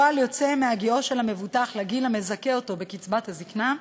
פועל יוצא של הגיעו של המבוטח לגיל המזכה אותו בקצבת הזיקנה,